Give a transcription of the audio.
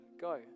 Go